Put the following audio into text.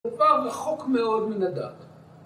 זה כבר רחוק מאוד מן הדת